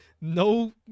No